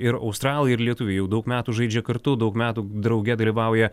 ir australai ir lietuviai jau daug metų žaidžia kartu daug metų drauge dalyvauja